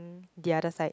the other side